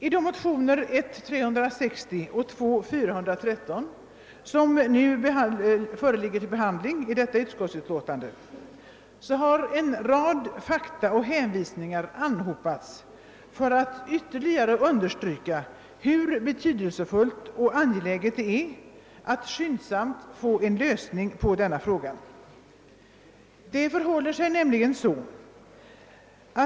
I motionerna 1:360 och 1II1:413 som föreligger till behandling i detta utskottsutlåtande har en rad fakta och hänvisningar anhopats för att ytterligare understryka hur betydelsefullt och angeläget det är att skyndsamt åstadkomma en lösning på denna fråga.